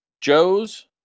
Joe's